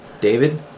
David